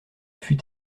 fut